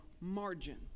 margin